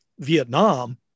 Vietnam